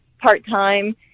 part-time